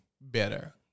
better